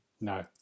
No